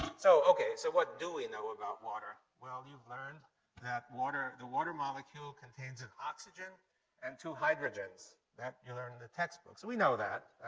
so, okay, so what do we know about water? well, you've learned that the water molecule contains an oxygen and two hydrogens. that you learn in the textbooks. we know that.